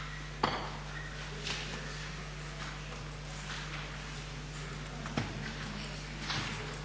Hvala vam.